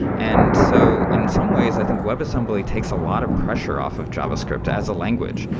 and so in some ways, i think webassembly takes a lot of pressure off of javascript as a language.